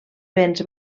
vents